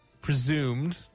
presumed